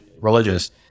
religious